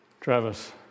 Travis